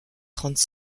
trente